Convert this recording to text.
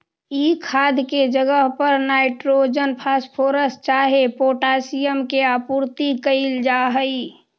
ई खाद के जगह पर नाइट्रोजन, फॉस्फोरस चाहे पोटाशियम के आपूर्ति कयल जा हई